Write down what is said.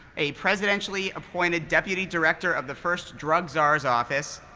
a presidentially appointed deputy director of the first drug czar's office,